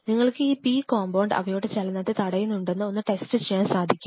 നിങ്ങൾക്ക് ഈ P compound അവയുടെ ചലനത്തെ തടയുന്നുണ്ടെന്ന് ഒന്ന് ടെസ്റ്റ് ചെയ്യാൻ സാധിക്കും